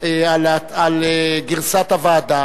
על גרסת הוועדה